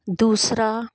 ਦੂਸਰਾ